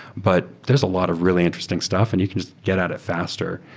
but there's a lot of really interesting stuff and you can just get at it faster.